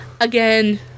again